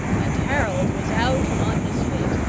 and harold was out and on his feet,